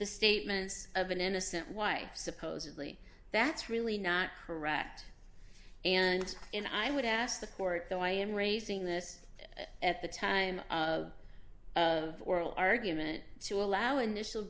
the statements of an innocent wife supposedly that's really not correct and and i would ask the court though i am raising this at the time of of oral argument to allow an initial